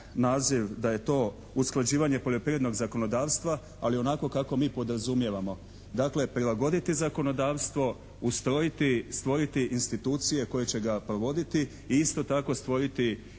da je to usklađivanje poljoprivrednog zakonodavstva, ali onako kako mi podrazumijevamo. Dakle prilagoditi zakonodavstvo, stvoriti institucije koje će ga provoditi i isto tako stvoriti